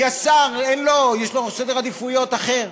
כי השר, אין לו, יש לו סדר עדיפויות אחר,